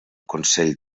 consell